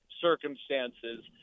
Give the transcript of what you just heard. circumstances